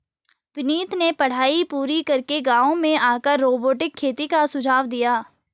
विनीत ने पढ़ाई पूरी करके गांव में आकर रोबोटिक खेती का सुझाव दिया